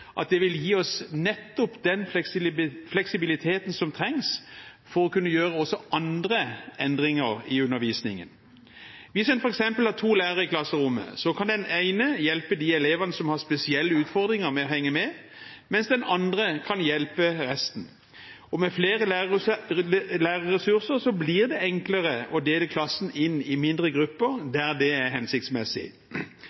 at det vil gi oss nettopp den fleksibiliteten som trengs for å kunne gjøre også andre endringer i undervisningen. Hvis en f.eks. har to lærere i klasserommet, kan den ene hjelpe de elevene som har spesielle utfordringer med å henge med, mens den andre kan hjelpe resten. Og med flere lærerressurser blir det enklere å dele klassen inn i mindre grupper der det er hensiktsmessig.